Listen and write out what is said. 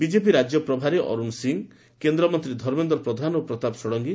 BJP ରାଜ୍ୟ ପ୍ରଭାରୀ ଅରୁଣ ସିଂ କେନ୍ଦ୍ରମନ୍ତୀ ଧର୍ମେନ୍ଦ୍ର ପ୍ରଧାନ ଓ ପ୍ରତାପ ଷତ୍ଙଗୀ